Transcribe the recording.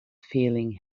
feeling